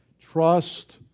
trust